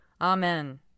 Amen